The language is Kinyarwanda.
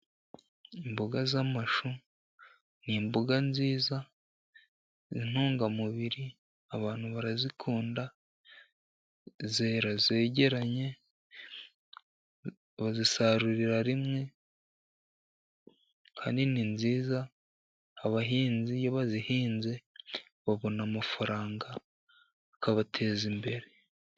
Imboga z'amashu ni imboga nziza zigira intungamubiri, abantu barazikunda, zera zegeranye, bazisarurira rimwe kandi ni nziza. Abahinzi bazihinze babona amafaranga akabateza imbere.